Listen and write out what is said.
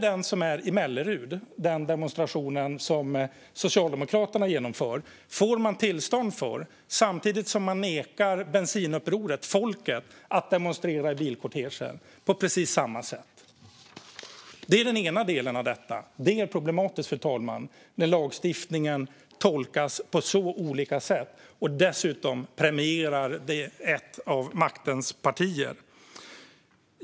Demonstrationen i Mellerud, som Socialdemokraterna genomförde, fick man tillstånd för samtidigt som man nekar Bensinupproret, folket, att demonstrera i bilkortege - på precis samma sätt. Det är den ena delen av detta. Fru talman! Det är problematiskt när lagstiftningen tolkas på så olika sätt och när ett av maktens partier dessutom premieras.